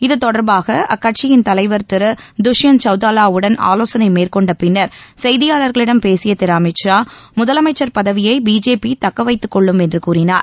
இத்தொடர்பாக அக்கட்சியின் தலைவர் திரு துஷ்யந்த் சவுத்தாவாவுடன் ஆலோசனை மேற்கொண்ட பின்னர் செய்தியாளர்களிடம் பேசிய திரு அமித் ஷா முதலமைச்சர் பதவியை பிஜேபி தக்க வைத்துக் கொள்ளும் என்று கூறினார்